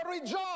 rejoice